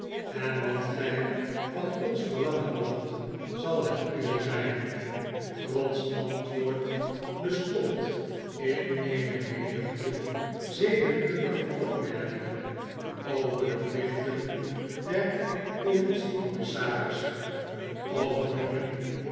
en wat gij van ons verlangen mocht zal het uwe zijn trott's antwoord bestond in eene menigte zedenkundige opmerkingen over deplichten der politie commissarissen over